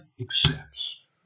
accepts